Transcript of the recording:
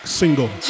single